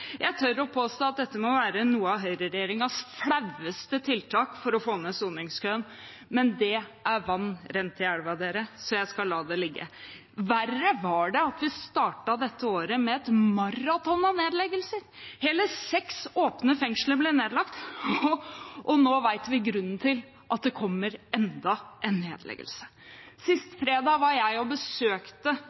Jeg tør påstå at dette må være et av høyreregjeringens flaueste tiltak for å få ned soningskøen. Men det er vann rent i elva, så jeg skal la det ligge. Verre var det at vi startet dette året med et maraton av nedleggelser. Hele seks åpne fengsler ble nedlagt, og nå vet vi grunnen til at det kommer enda en nedleggelse. Sist fredag var jeg og besøkte